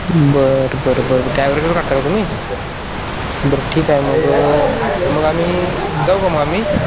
बरं बरं बरं बरं त्या ॲव्हरेजवर काढता का तुम्ही बरं ठीक आहे मग मग आम्ही जाऊ का मग आम्ही